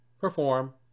perform